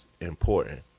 important